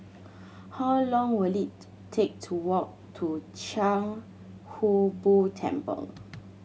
how long will it take to walk to Chia Hung Boo Temple